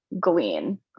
glean